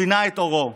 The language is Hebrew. שינה את עורו.